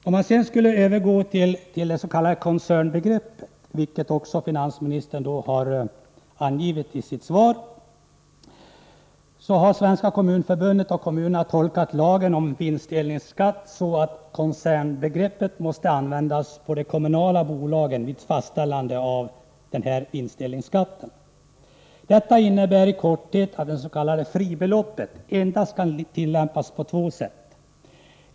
Om man sedan skulle övergå till koncernbegreppet, vilket finansministern också talar om i sitt svar, kan man konstatera att Svenska kommunförbundet och kommunerna har tolkat lagen om vinstdelningsskatt så, att koncernbegreppet måste användas på de kommunala bolagen vid fastställande av vinstdelningsskatt. Detta innebär i korthet att tillämpningen beträffande det s.k. fribeloppet kan ske endast på två sätt.